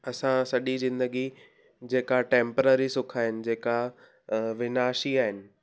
असां सॼी ज़िंदगी जेका टैम्पररी सुख आहिनि जेका विनाशी आहिनि